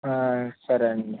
సరే అండి